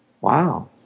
wow